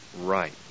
right